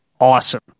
awesome